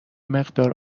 مقدار